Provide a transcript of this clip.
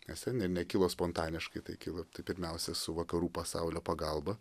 nes ten jei nekilo spontaniškai tai kilo pirmiausia su vakarų pasaulio pagalba